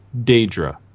daedra